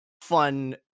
fun